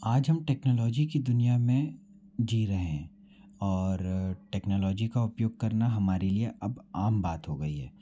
आज हम टेक्नोलॉजी की दुनिया में जी रहें और टेक्नोलॉजी का उपयोग करना हमारे लिए अब आम बात हो गई है